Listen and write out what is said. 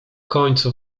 końcu